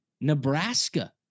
Nebraska